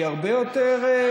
הוא הרבה יותר,